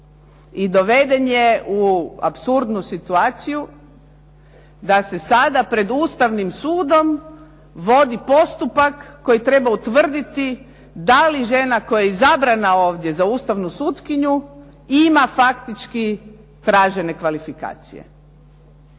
I doveden je u apsurdnu situaciju da se sada pred Ustavnim sudom vodi postupak koji treba utvrditi da li žena koja je izabrana ovdje za ustavnu sutkinju ima faktički tražene kvalifikacije.